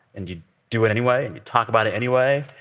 and you do it anyway, and you talk about it anyway.